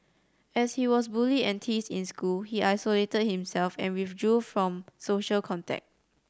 as he was bullied and teased in school he isolated himself and withdrew from social contact